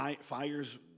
fires